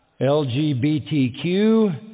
LGBTQ